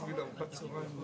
אנחנו לא נצליח לשלם חשבוניות